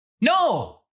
No